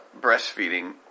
breastfeeding